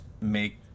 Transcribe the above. make